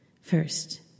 First